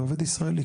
עובד ישראלי,